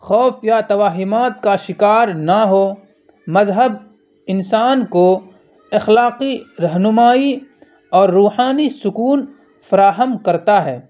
خوف یا توہمات کا شکار نہ ہوں مذہب انسان کو اخلاقی رہنمائی اور روحانی سکون فراہم کرتا ہے